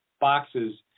boxes